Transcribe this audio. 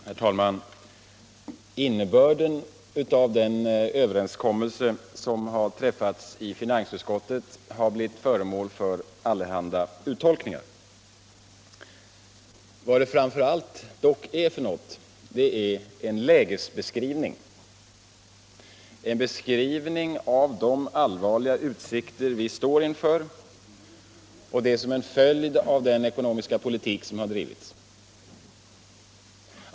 Herr talman! Innebörden av den överenskommelse som träffats i finansutskottet har blivit föremål för allehanda uttolkningar. Framför allt är den dock en lägesbeskrivning — en beskrivning av de allvarliga utsikter vi står inför som en följd av den ekonomiska politik som drivits.